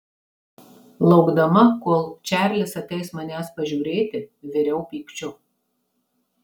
laukdama kol čarlis ateis manęs pažiūrėti viriau pykčiu